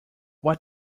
what